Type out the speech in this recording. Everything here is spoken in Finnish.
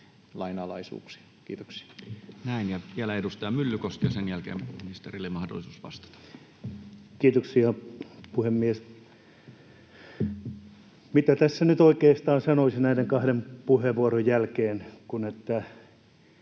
lainalaisuuksia? — Kiitoksia. Näin. — Ja vielä edustaja Myllykoski ja sen jälkeen ministerille mahdollisuus vastata. Kiitoksia, puhemies! Mitä tässä nyt oikeastaan sanoisin näiden kahden puheenvuoron jälkeen kuin sen,